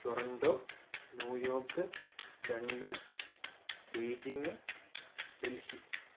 Toronto New York London Beijing Delhi